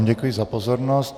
Děkuji vám za pozornost.